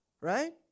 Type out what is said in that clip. right